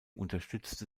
unterstützte